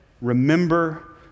remember